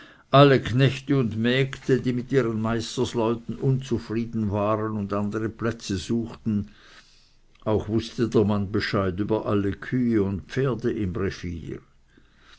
alle knechte und mägde die mit ihren meisterleuten unzufrieden waren und andere plätze suchten alle kühe und pferde im revier